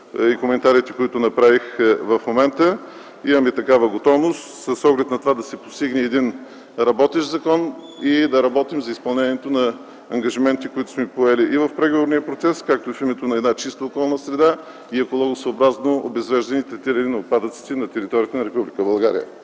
и коментарите, които направих в момента. Имаме такава готовност с оглед на това да се постигне един работещ закон и да работим за изпълнението на ангажиментите, които сме поели и в преговорния процес, както и в името на една чиста околна среда и екологосъобразно обезвреждане и третиране на отпадъците на територията на Република България.